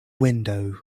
window